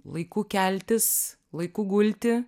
laiku keltis laiku gulti